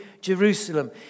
Jerusalem